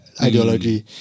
ideology